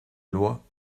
loi